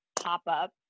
pop-up